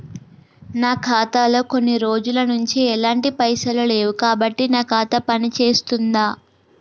నా ఖాతా లో కొన్ని రోజుల నుంచి ఎలాంటి పైసలు లేవు కాబట్టి నా ఖాతా పని చేస్తుందా?